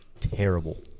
terrible